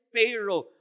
Pharaoh